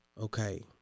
okay